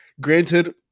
granted